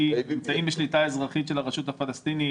והם בשליטה אזרחית של הרשות הפלסטינית,